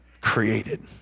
Created